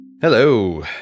Hello